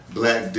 black